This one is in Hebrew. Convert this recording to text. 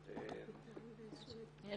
אני קודם